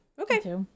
Okay